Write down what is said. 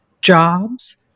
jobs